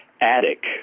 attic